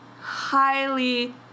Highly